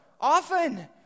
often